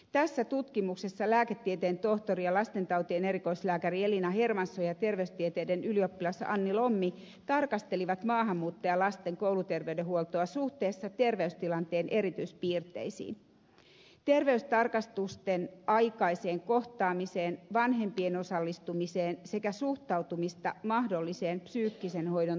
tässä tutkimuksessa lääketieteen tohtori ja lastentautien erikoislääkäri elina hermanson ja terveystieteiden ylioppilas anni lommi tarkastelivat maahanmuuttajalasten kouluterveydenhuoltoa suhteessa terveystilanteen erityispiirteisiin terveystarkastusten aikaiseen kohtaamiseen vanhempien osallistumiseen sekä suhtautumista mahdolliseen psyykkisen hoidon toteuttamiseen